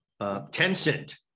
Tencent